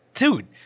Dude